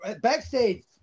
backstage